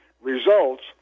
Results